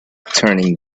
turning